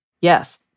Yes